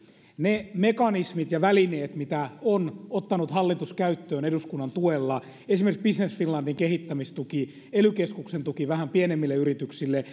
ne mekanismit ja välineet mitä hallitus on ottanut käyttöön eduskunnan tuella esimerkiksi business finlandin kehittämistuki ely keskuksen tuki vähän pienemmille yrityksille